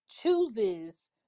chooses